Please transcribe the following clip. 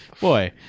Boy